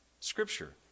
scripture